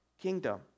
kingdom